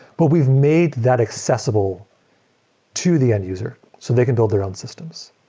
but we've made that accessible to the end user so they can build their own systems.